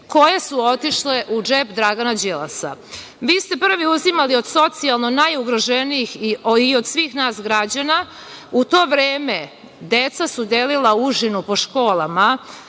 koje su otišle u džep Dragana Đilasa. Vi ste prvi uzimali od socijalno najugroženijih i od svih nas građana. U to vreme deca su delila užinu po školama,